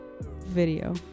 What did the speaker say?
Video